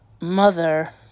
Mother